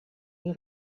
est